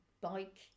bike